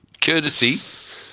courtesy